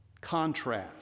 contrast